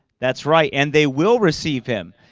that's right, and they will receive him.